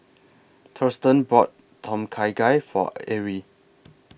Thurston bought Tom Kha Gai For Arrie